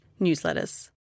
newsletters